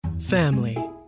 Family